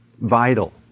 vital